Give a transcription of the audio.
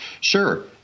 Sure